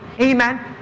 Amen